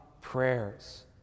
prayers